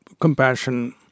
compassion